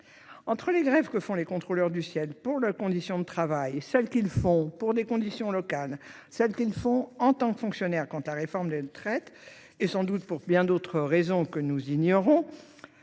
Entre les grèves que font les contrôleurs du ciel pour leurs conditions de travail, celles qu'ils font pour des conditions locales, celles qu'ils font en tant que fonctionnaires contre la réforme des retraites, et sans doute pour bien d'autres raisons que nous ignorons,